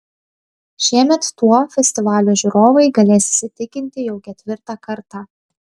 šiemet tuo festivalio žiūrovai galės įsitikinti jau ketvirtą kartą